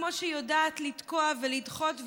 כמו שהיא יודעת לתקוע ולדחות,